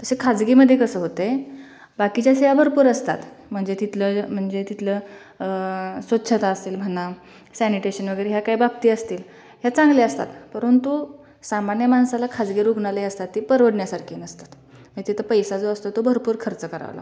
तसं खासगीमध्ये कसं होत आहे बाकीच्या सेवा भरपूर असतात म्हणजे तिथलं म्हणजे तिथलं स्वच्छता असेल म्हणा सॅनिटेशन वगैरे ह्या काही बाबती असतील ह्या चांगल्या असतात परंतु सामान्य माणसाला खाजगी रुग्णालय असतात ते परवडण्यासारखे नसतात तिथं पैसा जो असतो तो भरपूर खर्च करावा लागतो